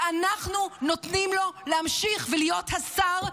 ואנחנו נותנים לו להמשיך ולהיות השר,